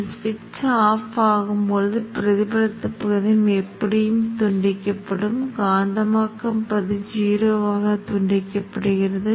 மேலும் சுவிட்ச் ஆஃப் ஆகும் போது பிரதிபலித்த பகுதி சரியாக இல்லை காந்தமாக்கும் பகுதி மட்டுமே சிதைந்து உள்ளது